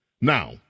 Now